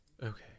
Okay